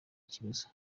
kibazo